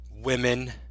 women